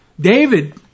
David